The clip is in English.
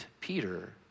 Peter